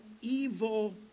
evil